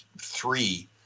three